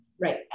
Right